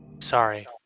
Sorry